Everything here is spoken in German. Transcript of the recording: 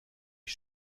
wie